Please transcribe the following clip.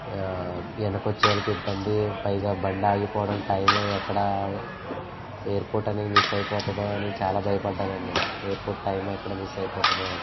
వెనక వచ్చేవాళ్ళకు ఇబ్బంది పైగా బండి ఆగిపోవడం టైం ఎక్కడ ఎయిర్పోర్ట్ అనేది మిస్ అయిపోతాదో అని చాలా భయపడ్డానండి ఎయిర్పోర్ట్ టైం ఎక్కడ మిస్ అయిపోతాదో అని